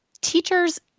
teachers